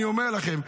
אני אומר לכם,